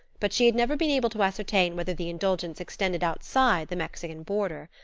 but she had never been able to ascertain whether the indulgence extended outside the mexican border.